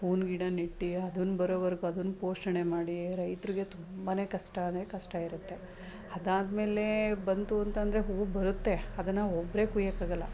ಹೂವಿನ ಗಿಡ ನೆಟ್ಟು ಅದನ್ನ ಬರೋವರೆಗೂ ಅದನ್ನ ಪೋಷಣೆ ಮಾಡಿ ರೈತರಿಗೆ ತುಂಬನೇ ಕಷ್ಟ ಅಂದರೆ ಕಷ್ಟ ಇರುತ್ತೆ ಅದಾದ್ಮೇಲೆ ಬಂತು ಅಂತ ಅಂದ್ರೆ ಹೂ ಬರುತ್ತೆ ಅದನ್ನು ಒಬ್ಬರೆ ಕುಯ್ಯೋಕ್ಕಾಗೋಲ್ಲ